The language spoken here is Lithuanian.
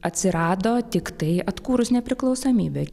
atsirado tiktai atkūrus nepriklausomybę